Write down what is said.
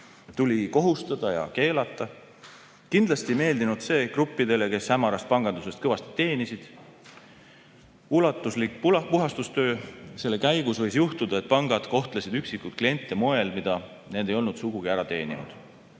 tuli kohustada ja keelata. Kindlasti ei meeldinud see gruppidele, kes hämarast pangandusest kõvasti teenisid. Ulatusliku puhastustöö käigus võis juhtuda, et pangad kohtlesid üksikuid kliente moel, mida nad ei olnud sugugi ära teeninud.